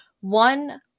one